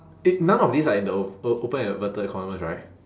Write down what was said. it none of these are in the o~ o~ open inverted commas right